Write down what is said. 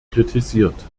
kritisiert